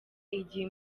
igihe